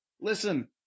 listen